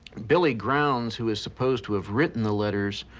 billy grounds, who is supposed to have written the letters,